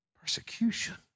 Persecution